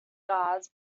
guards